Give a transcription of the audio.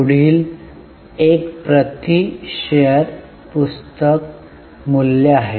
पुढील एक प्रति शेअर पुस्तक मूल्य आहे